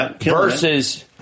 versus